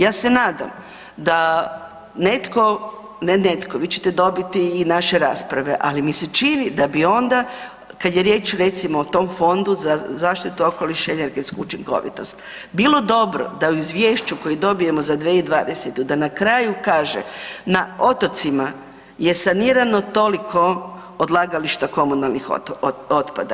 Ja se nadam da netko, ne netko vi ćete dobiti i naše rasprave, ali mi se čini da bi onda kada je riječ recimo o tom Fondu za zaštitu okoliša i energetsku učinkovitost, bilo dobro da u izvješću koje dobijemo za 2020.da na kraju kaže, na otocima je sanirano toliko odlagališta komunalnih otpada.